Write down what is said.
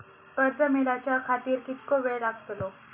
कर्ज मेलाच्या खातिर कीतको वेळ लागतलो?